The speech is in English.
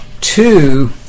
Two